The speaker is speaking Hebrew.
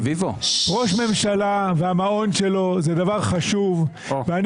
ראש ממשלה והמעון שלו זה דבר חשוב ואני